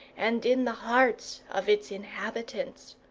and in the hearts of its inhabitants.